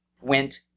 went